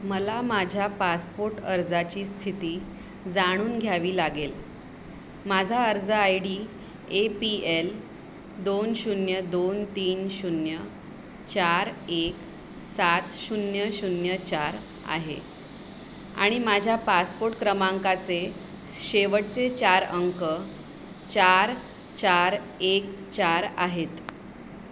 मला माझ्या पासपोर्ट अर्जाची स्थिती जाणून घ्यावी लागेल माझा अर्ज I D A P L दोन शून्य दोन तीन शून्य चार एक सात शून्य शून्य चार आहे आणि माझ्या पासपोर्ट क्रमांकाचे शेवटचे चार अंक चार चार एक चार आहेत